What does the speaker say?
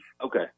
Okay